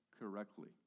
correctly